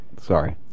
Sorry